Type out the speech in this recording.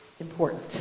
important